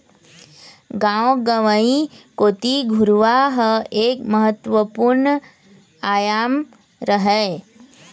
गाँव गंवई कोती घुरूवा ह एक महत्वपूर्न आयाम हरय